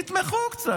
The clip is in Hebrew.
תתמכו קצת.